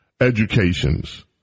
educations